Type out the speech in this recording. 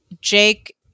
jake